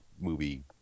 movie